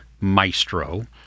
Maestro